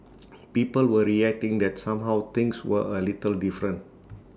people were reacting that somehow things were A little different